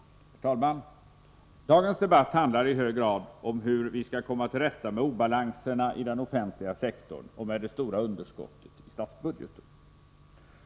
Dagens debatt handlar i hög grad om hur man skall komma till rätta med obalansen i den offentliga sektorn och med det stora underskottet i statsbudgeten.